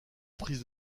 prise